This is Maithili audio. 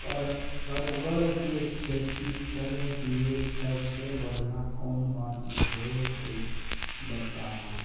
परवल के खेती करेक लैल सबसे बढ़िया कोन माटी होते बताबू?